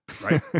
right